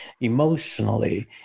emotionally